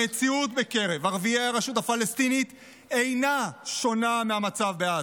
המציאות בקרב ערביי הרשות הפלסטינית אינה שונה מהמצב בעזה.